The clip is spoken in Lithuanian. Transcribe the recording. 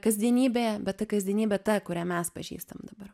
kasdienybėje bet ta kasdienybė ta kurią mes pažįstam dabar